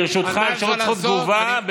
לרשותך אפשרות זכות תגובה.